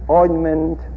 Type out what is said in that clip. ointment